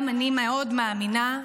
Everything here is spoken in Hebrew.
גם אני מאוד מאמינה,